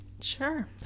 Sure